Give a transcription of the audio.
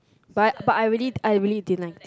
but I but I really I really didn't like it